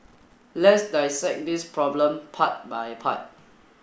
let's dissect this problem part by part